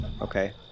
Okay